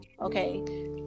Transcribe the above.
okay